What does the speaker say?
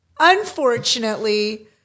Unfortunately